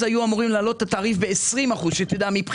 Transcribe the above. אז היו אמורים להעלות את התעריף ב-20%, שתדע.